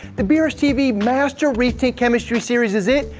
the brstv, master reef tank chemistry series is it,